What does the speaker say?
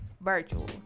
Virtual